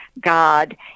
God